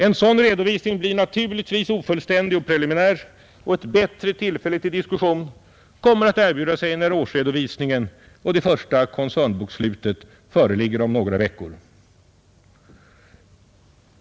En sådan redovisning blir naturligtvis ofullständig och preliminär, och ett bättre tillfälle att diskutera kommer att erbjuda sig när årsredovisningen och det första koncernbokslutet föreligger om några veckor.